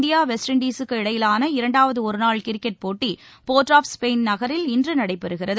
India West Indies இடையிலான இரண்டாவது ஒருநாள் கிரிக்கெட் போட்டி போர்ட் ஆப் ஸ்பெயின் நகரில் இன்று நடைபெறுகிறது